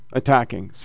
attacking